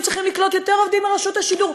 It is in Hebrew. היו צריכים לקלוט יותר עובדים מרשות השידור.